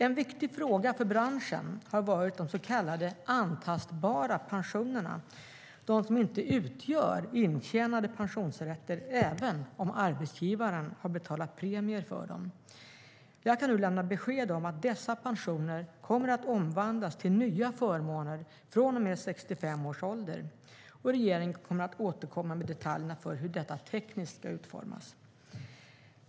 En viktig fråga för branschen har varit de så kallade antastbara pensionerna - de som inte utgör intjänade pensionsrätter även om arbetsgivaren har betalat premier för dem. Jag kan nu lämna besked om att dessa pensioner kommer att omvandlas till nya förmåner från och med 65 års ålder. Regeringen kommer att återkomma med detaljerna för hur detta tekniskt ska utformas.